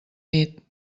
nit